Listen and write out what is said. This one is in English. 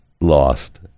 lost